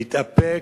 להתאפק?